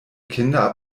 kinder